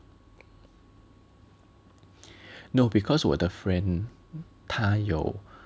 no because 我的 friend 他有